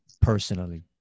personally